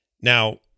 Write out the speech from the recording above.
Now